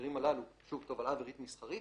בהקשרים הללו תובלה אווירית מסחרית